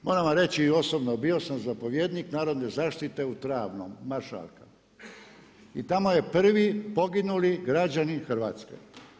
Moram vam reći i osobno bio sam zapovjednik Narodne zaštite u Travnom Maršalka i tamo je prvi poginuli građanin Hrvatske.